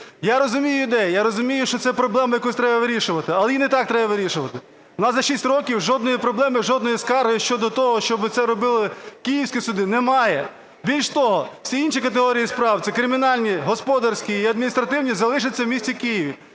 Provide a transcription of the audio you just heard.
Я розумію ідею, я розумію, що цю проблему якось треба вирішувати. Але її не так треба вирішувати. У нас за 6 років жодної проблеми, жодної скарги щодо того, щоб це робили київські суди, немає. Більш того, всі інші категорії справ – це кримінальні, господарські і адміністративні – залишаться в місті Києві.